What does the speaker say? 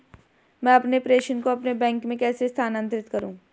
मैं अपने प्रेषण को अपने बैंक में कैसे स्थानांतरित करूँ?